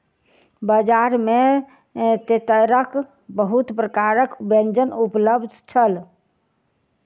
बजार में तेतैरक बहुत प्रकारक व्यंजन उपलब्ध छल